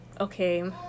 Okay